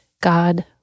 God